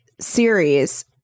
series